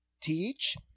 Teach